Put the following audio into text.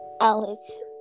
Alex